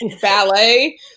ballet